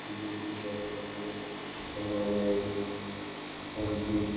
হলো এই পোলট্রি